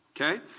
Okay